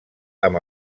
amb